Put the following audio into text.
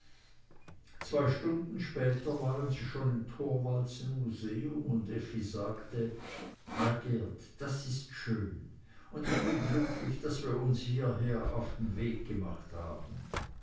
zwei stunden später waren sie schon im thorwaldsen museum und effi sagte ja geert das ist schön und ich bin glücklich daß wir uns hierher auf den weg gemacht haben